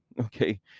Okay